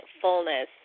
fullness